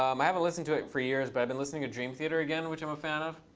um i haven't listened to it for years. but i've been listening to dream theater again, which i'm a fan of.